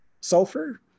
sulfur